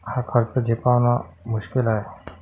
हा खर्च झेपावणं मुश्किल आहे